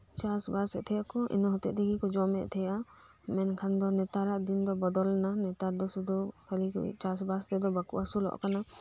ᱪᱟᱥᱵᱟᱥᱮᱫ ᱛᱟᱦᱮᱸᱫ ᱟᱠᱩ ᱤᱱᱟᱹ ᱦᱚᱛᱮᱫ ᱛᱮᱜᱤᱠᱩ ᱡᱚᱢᱮᱫ ᱛᱟᱦᱮᱸᱫ ᱟ ᱢᱮᱱᱠᱷᱟᱱ ᱫᱚ ᱱᱮᱛᱟᱨᱟᱜ ᱫᱤᱱᱫᱚ ᱵᱚᱫᱚᱞᱱᱟ ᱱᱮᱛᱟᱨ ᱫᱚ ᱥᱩᱫᱩ ᱠᱷᱟᱹᱞᱤ ᱪᱟᱥᱵᱟᱥ ᱛᱮᱫᱚ ᱵᱟᱠᱩ ᱟᱹᱥᱩᱞᱚᱜ ᱠᱟᱱᱟ